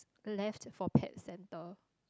left for pet centre